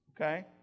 Okay